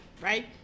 right